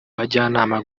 bajyanama